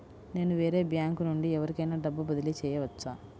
నేను వేరే బ్యాంకు నుండి ఎవరికైనా డబ్బు బదిలీ చేయవచ్చా?